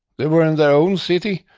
they were in their own city.